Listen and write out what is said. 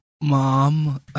Mom